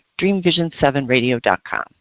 DreamVision7Radio.com